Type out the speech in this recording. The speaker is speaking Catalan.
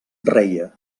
reia